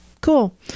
Cool